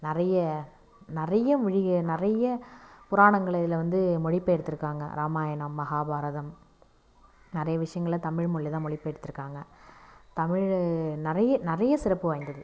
நிறைய நிறைய மொழி நிறைய புராணங்களை இதில் வந்து மொழிப்பெயர்த்துருக்காங்க ராமாயணம் மகாபாரதம் நிறைய விஷயங்களை தமிழ்மொழியில்தான் மொழிப்பெயர்த்துருக்காங்க தமிழை நிறைய நிறைய சிறப்பு வாய்ந்தது